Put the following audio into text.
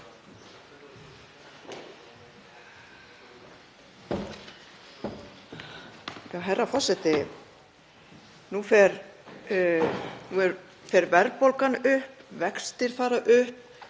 Herra forseti. Nú fer verðbólgan upp, vextir fara upp,